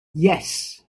yes